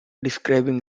describing